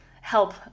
help